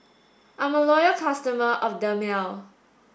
I'm a loyal customer of Dermale